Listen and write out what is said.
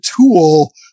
tool